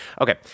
Okay